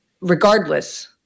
regardless